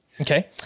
Okay